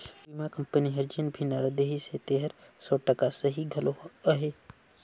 बीमा कंपनी हर जेन भी नारा देहिसे तेहर सौ टका सही घलो अहे